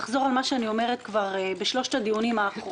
על מה שאמרתי בשלושת הדיונים האחרונים.